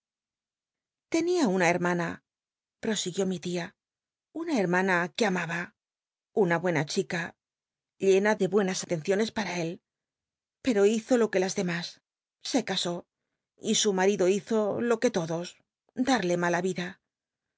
una hermana prosiguió mi tia una hermana que amaba una buena chica llena de buenas atenciones para él pero hizo lo que las demas se casó y su marido hizo lo que todos darla mala vida